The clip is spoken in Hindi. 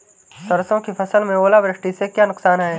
सरसों की फसल में ओलावृष्टि से क्या नुकसान है?